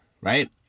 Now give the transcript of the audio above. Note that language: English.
right